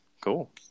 Cool